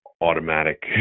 automatic